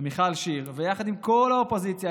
ומיכל שיר ויחד עם כל האופוזיציה,